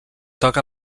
toca